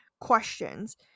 questions